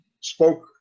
spoke